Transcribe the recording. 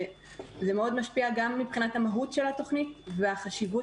זה מאוד משפיע גם מבחינת המהות של התוכנית והחשיבות